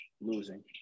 losing